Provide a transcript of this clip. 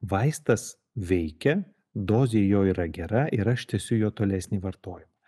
vaistas veikia dozė jo yra gera ir aš tęsiu jo tolesnį vartojimą